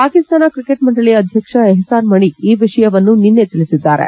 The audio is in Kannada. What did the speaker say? ಪಾಕಿಸ್ತಾನ ಕ್ರಿಕೆಟ್ ಮಂಡಳಿಯ ಅಧ್ಯಕ್ಷ ಎಹ್ಪಾನ್ ಮಣಿ ಈ ವಿಷಯವನ್ನು ನಿನ್ನೆ ತಿಳಿಸಿದ್ದಾರೆ